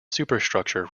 superstructure